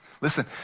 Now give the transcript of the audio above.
Listen